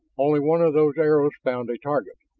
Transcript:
only one of those arrows found a target.